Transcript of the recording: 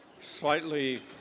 slightly